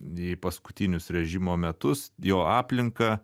į paskutinius režimo metus jo aplinką